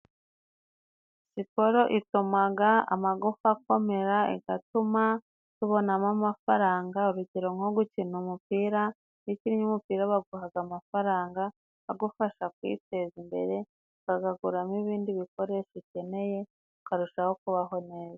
Siporo ituma amagufwa akomera, igatuma tubonamo amafaranga, urugero: nko gukina umupira, iyo ukinnye umupira baguha amafaranga, agufasha kwiteza imbere bagakuramo ibindi bikoresho, ukeneye ukarushaho kubaho neza.